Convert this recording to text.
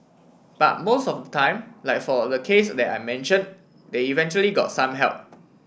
but most of time like for the case that I mention they eventually got some help